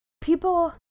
people